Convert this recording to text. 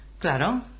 Claro